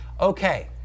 Okay